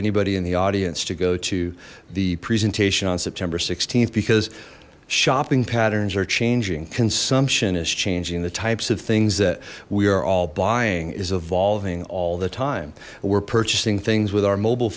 anybody in the audience to go to the presentation on september th because shopping patterns are changing consumption is changing the types of things that we are all buying is evolving all the time we're purchasing things with our mobile